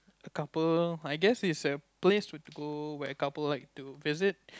a couple I guess is a place will to go where couple like to visit